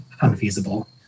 unfeasible